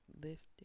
lifting